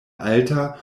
alta